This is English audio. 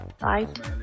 right